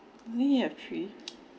you mean he have three